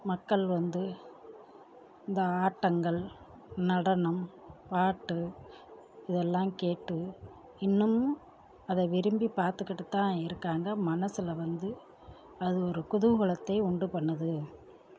மக்கள் வந்து இந்த ஆட்டங்கள் நடனம் பாட்டு இதெல்லாம் கேட்டு இன்னமும் அதை விரும்பி பார்த்துக்கிட்டுதான் இருக்காங்க மனசில் வந்து அது ஒரு குதூகலத்தை உண்டு பண்ணுது